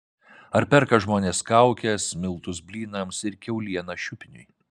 ar perka žmonės kaukes miltus blynams ir kiaulieną šiupiniui